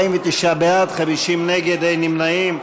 49 בעד, 50 נגד, אין נמנעים.